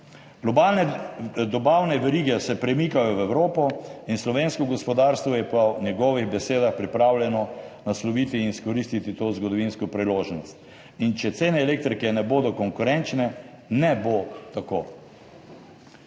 Globalne dobavne verige se premikajo v Evropo in slovensko gospodarstvo je po njegovih besedah pripravljeno nasloviti in izkoristiti to zgodovinsko priložnost. Če cene elektrike ne bodo konkurenčne, ne bo tako.